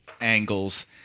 angles